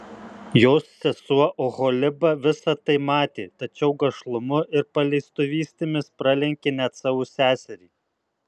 jos sesuo oholiba visa tai matė tačiau gašlumu ir paleistuvystėmis pralenkė net savo seserį